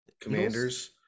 Commanders